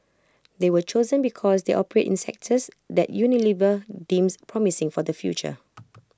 they were chosen because they operate in sectors that Unilever deems promising for the future